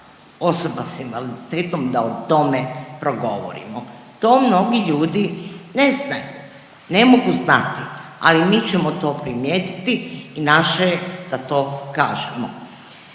osoba s invaliditetom da o tome progovorimo. To mnogi ljudi ne znaju. Ne mogu znati, ali mi ćemo to primijetiti i naše je da to kažemo.